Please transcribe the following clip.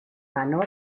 ganó